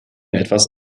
etwas